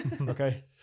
Okay